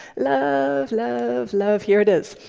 love, love, love. here it is.